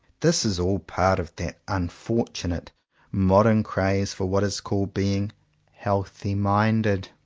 this is all part of that un fortunate modern craze for what is called being healthy minded.